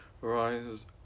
Rise